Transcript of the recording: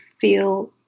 feel